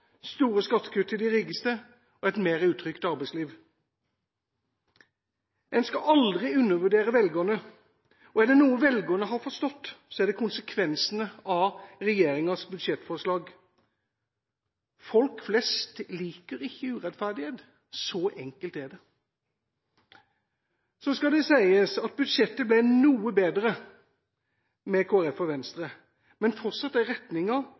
store skattekutt til de rikeste og et mer utrygt arbeidsliv. En skal aldri undervurdere velgerne, og er det noe velgerne har forstått, så er det konsekvensene av regjeringas budsjettforslag. Folk flest liker ikke urettferdighet – så enkelt er det. Så skal det sies at budsjettet ble noe bedre med Kristelig Folkeparti og Venstre, men fortsatt er